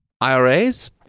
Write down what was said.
IRAs